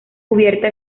cubierta